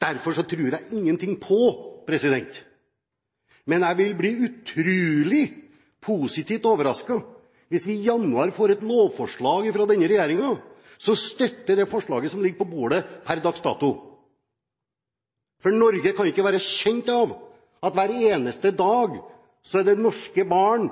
jeg ingenting på – men jeg vil i så fall bli utrolig positivt overrasket – at vi i januar får et lovforslag fra denne regjeringen som støtter det forslaget som ligger på bordet per dags dato. For Norge kan ikke være bekjent av at hver eneste dag er det norske barn